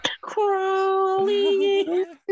Crawling